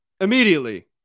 immediately